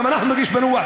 גם אנחנו נרגיש בנוח,